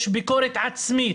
יש ביקורת עצמית.